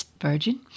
Virgin